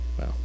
Wow